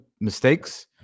mistakes